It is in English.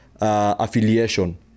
affiliation